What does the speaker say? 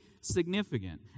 significant